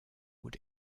would